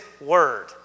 word